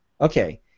Okay